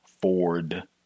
Ford